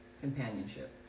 companionship